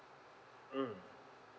mm